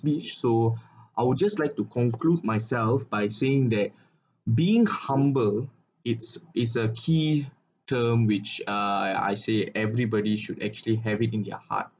speech so I would just like to conclude myself by seeing that being humble it's is a key term which uh I say everybody should actually have it in their heart